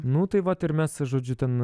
nu tai vat ir mes žodžiu ten